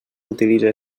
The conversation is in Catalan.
utilitza